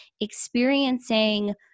experiencing